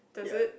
does it